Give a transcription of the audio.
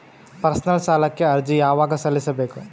Personal ಸಾಲಕ್ಕೆ ಅರ್ಜಿ ಯವಾಗ ಸಲ್ಲಿಸಬೇಕು?